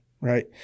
right